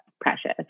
precious